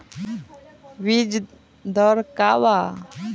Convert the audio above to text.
बीज दर का वा?